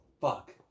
Fuck